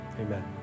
Amen